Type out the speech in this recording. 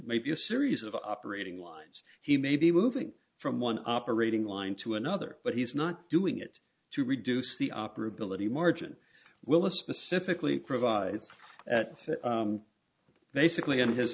maybe a series of operating lines he may be moving from one operating line to another but he's not doing it to reduce the operability margin will a specifically provides that basically in his